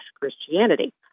Christianity